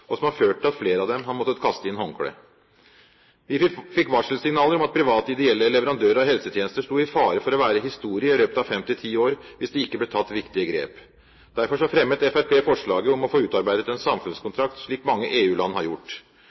og som har ført til at flere av dem har måttet kaste inn håndkleet. Vi fikk varselsignaler om at private ideelle leverandører av helsetjenester sto i fare for å være historie i løpet av fem–ti år hvis det ikke ble tatt viktige grep. Derfor fremmet Fremskrittspartiet forslaget om å få utarbeidet en samfunnskontrakt slik mange EU-land har gjort.